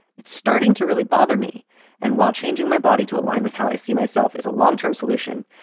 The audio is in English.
it's starting to really bother me and while changing my body to align with how i see myself is a long term solution,